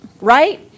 right